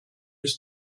his